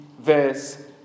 verse